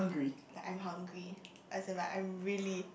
like I'm hungry as in like I'm really